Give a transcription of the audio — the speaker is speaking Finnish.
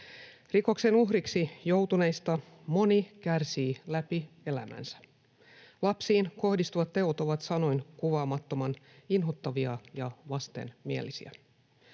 Rikoksen uhriksi joutuneista moni kärsii läpi elämänsä. Lapsiin kohdistuvat teot ovat sanoin kuvaamattoman inhottavia ja vastenmielisiä.